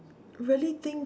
really think